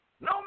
No